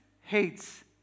hates